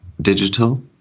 digital